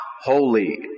holy